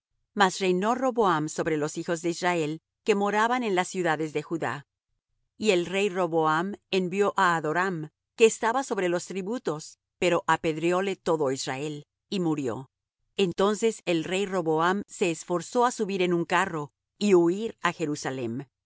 estancias mas reinó roboam sobre los hijos de israel que moraban en las ciudades de judá y el rey roboam envió á adoram que estaba sobre los tributos pero apedreóle todo israel y murió entonces el rey roboam se esforzó á subir en un carro y huir á jerusalem